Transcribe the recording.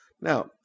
Now